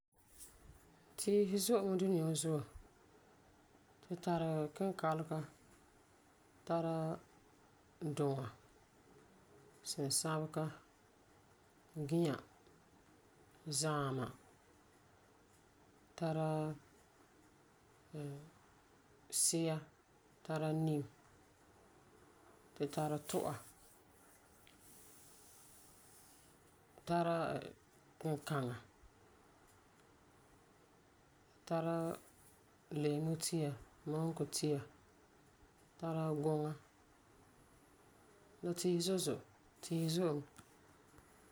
Tiisi zo'e mɛ duniya wa zuo. Tu tari kinkalega, tara dua, sinsabega, gĩa, zãama,. Tara si'a, tara nim. Tu tari tu'a, tara kinkaŋa Tara leemu tia, mɔnkɔ tia, tara guŋa. La tiisi zo'e zo'e. Tiisi zo'e mɛ.